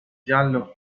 giallo